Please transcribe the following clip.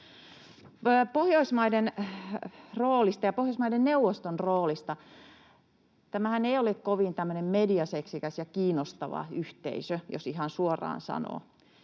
onnistunut ratkaisemaan. Pohjoismaiden neuvoston roolista: Tämähän ei ole kovin tämmöinen mediaseksikäs ja kiinnostava yhteisö, jos ihan suoraan sanoo.